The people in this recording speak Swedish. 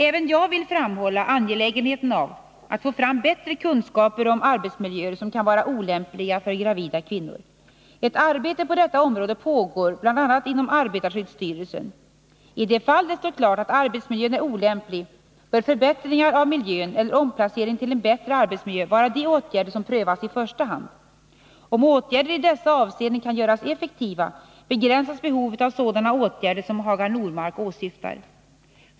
Även jag vill framhålla angelägenheten av att vi får fram bättre kunskaper om arbetsmiljöer som kan vara olämpliga för gravida kvinnor. Ett arbete på detta område pågår bl.a. inom arbetarskyddsstyrelsen. I de fall det står klart att arbetsmiljön är olämplig, bör förbättringar av miljön eller omplacering till en bättre arbetsmiljö vara de åtgärder som prövas i första hand. Om åtgärder i dessa avseenden kan göras effektiva, begränsas behovet av sådana åtgärder som Hagar Normark åsyftar.